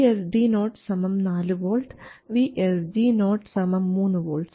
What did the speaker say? VSD0 4 V VSG0 3 volts